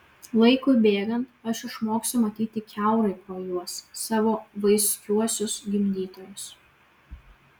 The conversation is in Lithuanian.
laikui bėgant aš išmoksiu matyti kiaurai pro juos savo vaiskiuosius gimdytojus